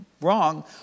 wrong